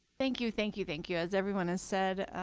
thank you. thank you. thank you. as everyone has said,